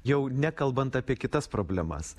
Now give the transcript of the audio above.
jau nekalbant apie kitas problemas